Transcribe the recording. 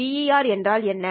BER என்றால் என்ன